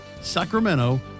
Sacramento